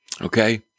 Okay